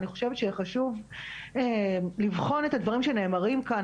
אני חושבת שחשוב לבחון את הדברים שנאמרים כאן